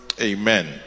Amen